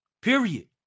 Period